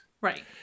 Right